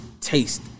taste